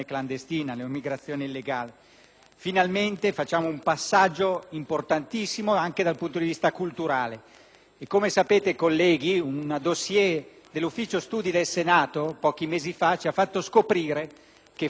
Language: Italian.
Come sapete, colleghi, un *dossier* dell'Ufficio Studi del Senato, pochi mesi fa, ci ha fatto scoprire che Francia, Germania e Inghilterra considerano già l'immigrazione clandestina un reato e lo perseguono in maniera molto più pesante di quello che ci